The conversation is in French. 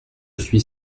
suis